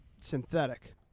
synthetic